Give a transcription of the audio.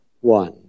one